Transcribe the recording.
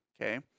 Okay